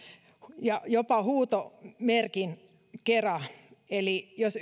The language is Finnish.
ja jopa huutomerkin kera eli jos